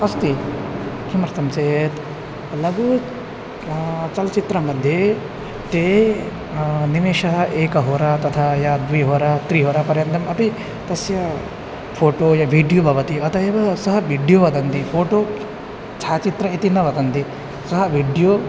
अस्ति किमर्थं चेत् लघु चलचित्रमध्ये ते निमेषः एकहोरा तथा या द्विहोरा त्रिहोरा पर्यन्तम् अपि तस्य फ़ोटो या विडियो भवति अतः एव सः विड्यो वदति फ़ोटो छायाचित्रम् इति न वदन्ति सः विड्यो